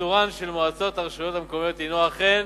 פיזורן של מועצות הרשויות המקומיות הוא אכן